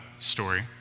story